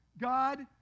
God